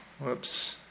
whoops